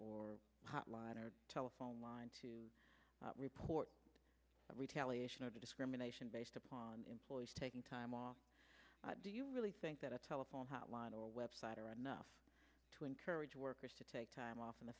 side or telephone line to report retaliation or discrimination based upon employees taking time off do you really think that a telephone hotline or website are enough to encourage workers to take time off in the